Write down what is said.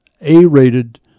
A-rated